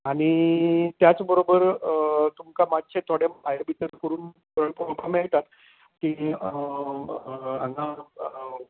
आनी त्याच बरोबर तुमका मात्शें थोडे भायर भितर करून घरां पळोवपाक मेळटात तीं